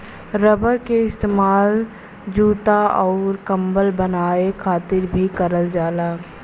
rubber क इस्तेमाल जूता आउर कम्बल बनाये खातिर भी करल जाला